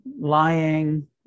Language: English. Lying